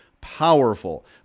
powerful